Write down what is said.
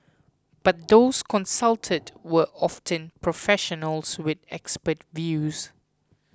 but those consulted were often professionals with expert views